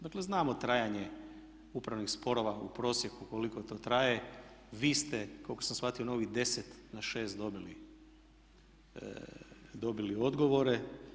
Dakle znamo trajanje upravnih sporova u prosjeku koliko to traje, vi ste koliko sam shvatio na ovih 10 na 6 dobili odgovore.